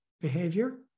behavior